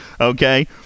Okay